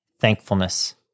thankfulness